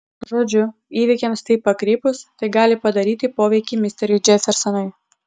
žodžiu įvykiams taip pakrypus tai gali padaryti poveikį misteriui džefersonui